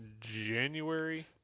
January